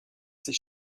ces